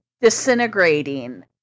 disintegrating